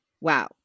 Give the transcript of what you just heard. Wow